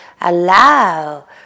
allow